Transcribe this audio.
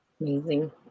Amazing